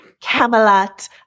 Camelot